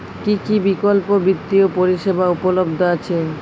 কী কী বিকল্প বিত্তীয় পরিষেবা উপলব্ধ আছে?